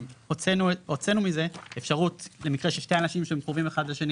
הוצאנו מזה אפשרות למקרה של שני אנשים שהם קרובים אחד לשני